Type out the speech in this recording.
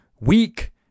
weak